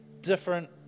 different